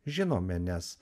žinome nes